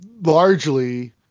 largely